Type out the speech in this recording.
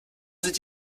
sind